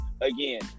again